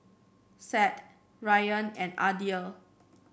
Said Ryan and Aidil